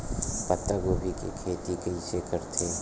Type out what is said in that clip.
पत्तागोभी के खेती कइसे करथे?